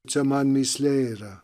čia man mįslė yra